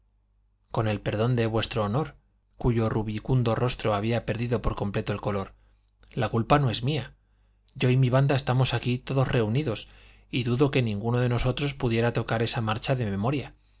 con el perdón de vuestro honor respondió el tambor mayor cuyo rubicundo rostro había perdido por completo el color la culpa no es mía yo y mi banda estamos aquí todos reunidos y dudo que ninguno de nosotros pudiera tocar esa marcha de memoria